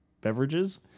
beverages